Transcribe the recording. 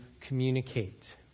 communicate